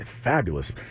Fabulous